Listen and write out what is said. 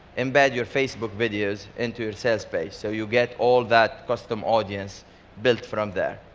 embed your facebook videos into your sales page. so you get all that custom audience built from there.